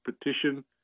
petition